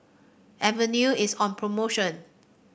Avene is on promotion